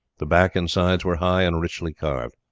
the back and sides were high and richly carved.